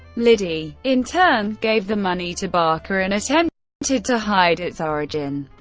liddy, in turn, gave the money to barker, and attempted to to hide its origin.